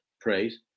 praise